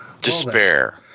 Despair